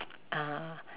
uh